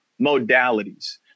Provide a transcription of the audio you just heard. modalities